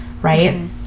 Right